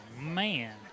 man